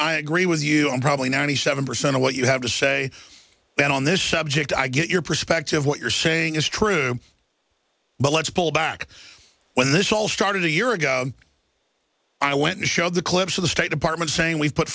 i agree with you and probably ninety seven percent of what you have to say that on this subject i get your perspective what you're saying is true but let's pull back when this all started a year ago i went and showed the clips of the state department saying we put